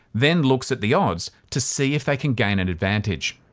then looks at the odds to see if they can gain an advantage.